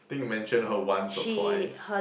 think I mention her once or twice